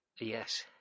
Yes